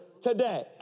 today